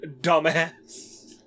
dumbass